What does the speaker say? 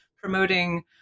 promoting